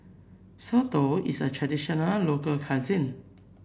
soto is a traditional local cuisine